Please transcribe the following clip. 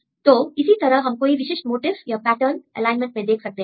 तो इसी तरह हम कोई विशिष्ट मोटिफ या पैटर्न एलाइनमेंट में देख सकते हैं